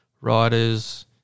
riders